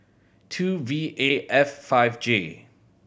two V A F five J